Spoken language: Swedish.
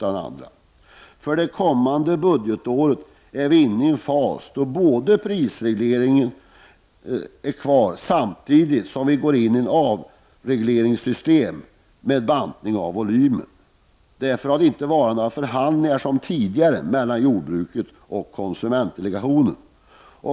Inför det kommande budgetåret är vi nu inne i en fas där prisregleringen är kvar. Men samtidigt får vi ett avregleringssystem med en bantad volym. Därför har det inte — som tidigare var fallet — förekommit några förhandlingar mellan jordbruket och konsumentdelegationen.